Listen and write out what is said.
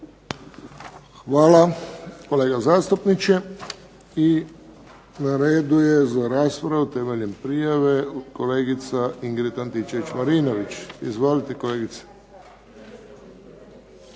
Hvala. Kolega zastupniče. I na redu je za raspravu temeljem prijave kolegice Ingrid Antičević Marinović. Oprostite nisam